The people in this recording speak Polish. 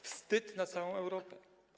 Wstyd na całą Europę.